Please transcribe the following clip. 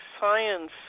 science